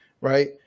right